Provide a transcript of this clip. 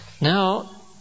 Now